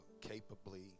capably